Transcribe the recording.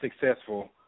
successful